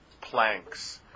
planks